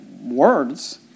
words